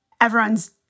everyone's